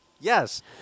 Yes